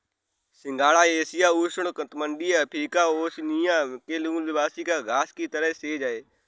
सिंघाड़ा एशिया, उष्णकटिबंधीय Africa, Oceania के मूल निवासी घास की तरह सेज है